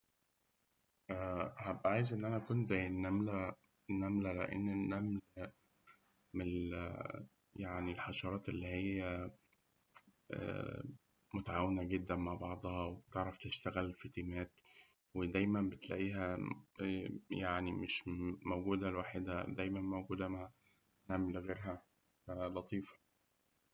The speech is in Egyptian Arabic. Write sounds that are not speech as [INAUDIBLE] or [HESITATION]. [HESITATION] هأبقى عايز إن أكون زي النملة النملة من ال [HESITATION] من الحشرات اللي هي [HESITATION] متعاونة جداً مع بعضها وبتشتغل في تيمات، ودايماً مش بتلاقيها لوحدها، دايماً بتلاقيها مع نمل غيرها فلطيفة.